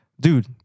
dude